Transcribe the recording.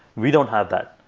we don't have that.